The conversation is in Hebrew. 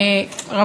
מוגבלות),